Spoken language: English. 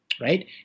right